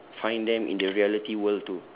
find them in the reality world too